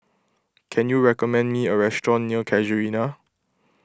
can you recommend me a restaurant near Casuarina